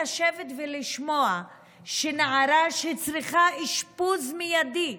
לשבת ולשמוע שנערה שצריכה אשפוז מיידי,